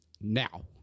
Now